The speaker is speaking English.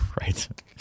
Right